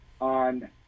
on